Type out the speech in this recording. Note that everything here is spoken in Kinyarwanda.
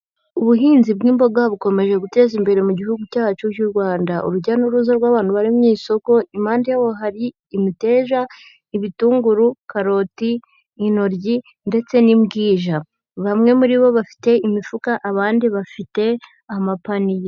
Ubuhinzi bw'imboga bukomeje guteza imbere mu Gihugu cyacu cy'u Rwanda, urujya n'uruza rw'abantu bari mu isoko, impande yabo hari imiteja, ibitunguru, karoti, intoryi ndetse n'imbwija, bamwe muri bo bafite imifuka, abandi bafite amapaniye.